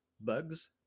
bugs